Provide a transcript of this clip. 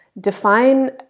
define